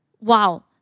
wow